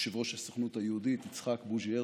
יושב-ראש הסוכנות היהודית יצחק בוז'י הרצוג,